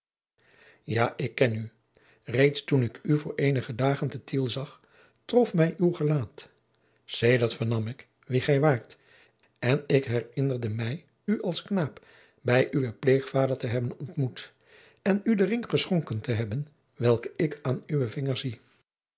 ja ik ken u reeds toen ik u voor eenige dagen te tiel zag trof mij uw gelaat sedert vernam ik wie gij waart en ik herinnerde mij u als knaap bij uwen pleegvader te hebben ontmoet en u den ring geschonken te hebben welken ik aan uwen vinger zie